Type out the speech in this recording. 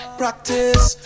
practice